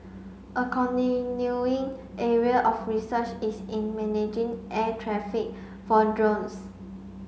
a continuing area of research is in managing air traffic for drones